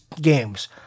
games